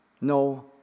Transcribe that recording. no